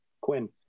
Quinn